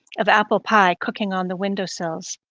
of apple pie cooking on the window sills.